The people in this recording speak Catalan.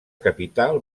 capital